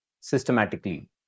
systematically